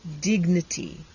dignity